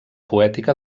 poètica